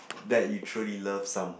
that you truly love someone